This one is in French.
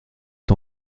est